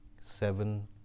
seven